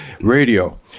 radio